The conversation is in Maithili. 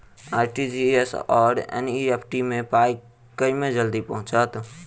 आर.टी.जी.एस आओर एन.ई.एफ.टी मे पाई केँ मे जल्दी पहुँचत?